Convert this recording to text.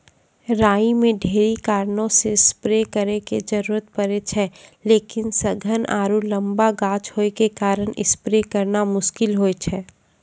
राई मे ढेरी कारणों से स्प्रे करे के जरूरत पड़े छै लेकिन सघन आरु लम्बा गाछ होय के कारण स्प्रे करना मुश्किल होय छै?